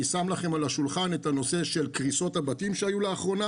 אני שם לכם על השולחן את הנושא של קריסות הבתים שהיו לאחרונה